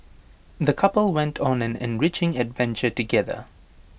the couple went on an enriching adventure together